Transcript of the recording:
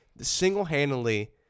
single-handedly